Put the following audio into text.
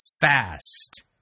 fast